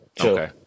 Okay